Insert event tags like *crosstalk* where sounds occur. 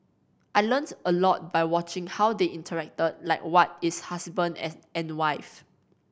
I learnt a lot by watching how they interacted like what is husband *unintelligible* and wife